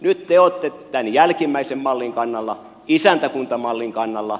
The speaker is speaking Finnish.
nyt te olette tämän jälkimmäisen mallin kannalla isäntäkuntamallin kannalla